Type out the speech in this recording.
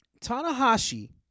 Tanahashi